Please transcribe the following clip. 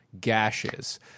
gashes